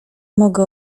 mogę